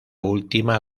última